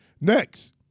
Next